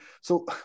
so-